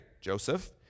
Joseph